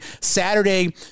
Saturday